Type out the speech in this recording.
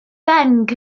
ddeng